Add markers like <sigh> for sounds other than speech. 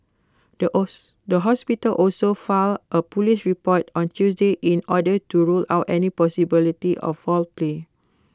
the <unintelligible> the hospital also filed A Police report on Tuesday in order to rule out any possibility of foul play